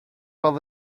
while